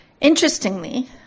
Interestingly